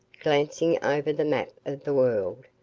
glancing over the map of the world,